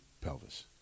pelvis